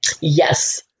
Yes